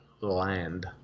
land